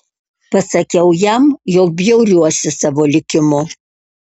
pasakiau jam jog bjauriuosi savo likimu